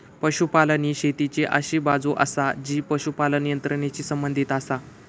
पशुपालन ही शेतीची अशी बाजू आसा जी पशुपालन यंत्रणेशी संबंधित आसा